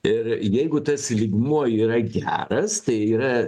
ir jeigu tas lygmuo yra geras tai yra